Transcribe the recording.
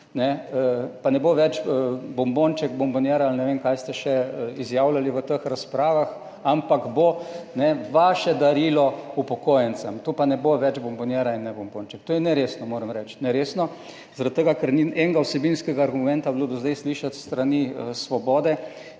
ne bo več bombonček, bombonjera ali ne vem kaj ste še izjavljali v teh razpravah, ampak bo vaše darilo upokojencem, to pa ne bo več bombonjera in ne bombonček. To je neresno zaradi tega, ker ni bilo do zdaj slišati enega vsebinskega argumenta s strani Svobode,